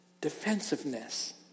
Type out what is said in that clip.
defensiveness